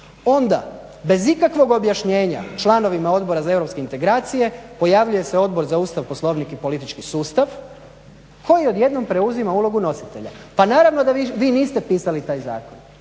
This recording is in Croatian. Onda bez ikakvog objašnjenja članovima Odbora za europske integracije pojavljuje se Odbor za Ustav, Poslovnik i politički sustav koji odjednom preuzima ulogu nositelja. Pa naravno da vi niste pisali taj zakon.